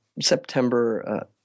September